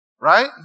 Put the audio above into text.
right